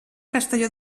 castelló